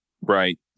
Right